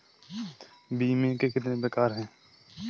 बीमे के कितने प्रकार हैं?